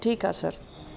ठीकु आहे सर